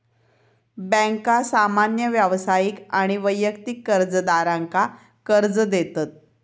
बँका सामान्य व्यावसायिक आणि वैयक्तिक कर्जदारांका कर्ज देतत